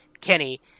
Kenny